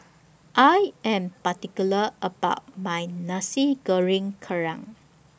I Am particular about My Nasi Goreng Kerang